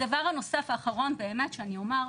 הדבר הנוסף האחרון באמת שאני אומר,